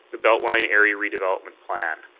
the beltline area redevelopment plan.